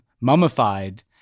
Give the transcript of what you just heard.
mummified